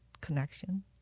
connection